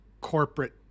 corporate